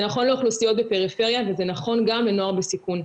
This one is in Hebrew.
זה נכון לאוכלוסיות בפריפריה וזה נכון גם לנוער בסיכון.